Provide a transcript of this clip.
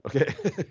Okay